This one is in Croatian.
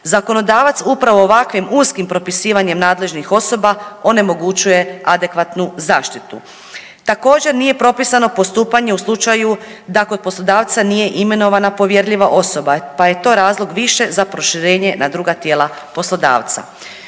Zakonodavac upravo ovakvim uskim propisivanjem nadležnih osoba onemogućuje adekvatnu zaštitu. Također nije propisano postupanje u slučaju da kod poslodavca nije imenovana povjerljiva osoba pa je to razlog više za proširenje na druga tijela poslodavca.